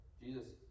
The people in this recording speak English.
Jesus